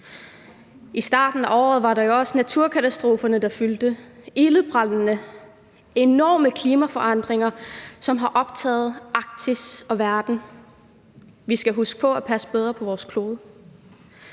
I starten af året var der jo også naturkastrofer, der fyldte, ildebrandene, enorme klimaforandringer, som har optaget Arktis og verden. Vi skal huske på at passe bedre på vores klode.